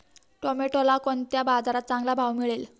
टोमॅटोला कोणत्या बाजारात चांगला भाव मिळेल?